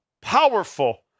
powerful